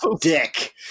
dick